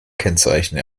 kennzeichen